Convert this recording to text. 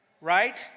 right